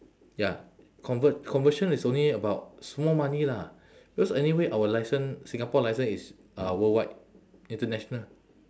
ya convert conversion is only about small money lah because anyway our licence singapore licence is uh worldwide international